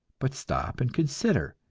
but stop and consider,